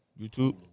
YouTube